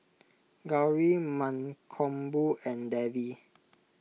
Gauri Mankombu and Devi